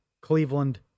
Cleveland